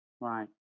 Right